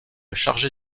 chargé